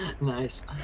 nice